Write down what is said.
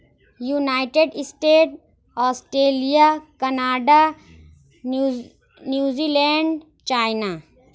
United state Australia Canada new New Zealand China